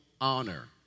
honor